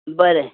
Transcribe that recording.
बरें